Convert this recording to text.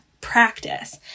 practice